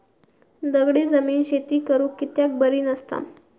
दगडी जमीन शेती करुक कित्याक बरी नसता?